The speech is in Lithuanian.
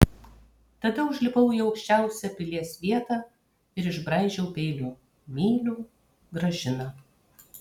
tada užlipau į aukščiausią pilies vietą ir išbraižiau peiliu myliu gražiną